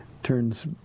turns